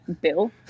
Bill